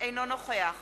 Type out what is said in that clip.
אינו נוכח